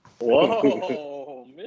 Whoa